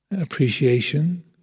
appreciation